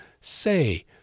say